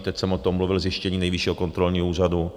Teď jsem o tom mluvil zjištění Nejvyššího kontrolního úřadu.